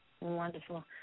Wonderful